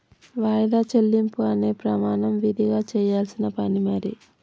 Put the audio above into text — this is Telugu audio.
వాయిదా చెల్లింపు అనే ప్రమాణం విదిగా చెయ్యాల్సిన పని మరి